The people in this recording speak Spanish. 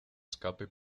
escape